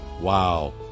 Wow